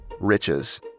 riches